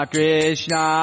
Krishna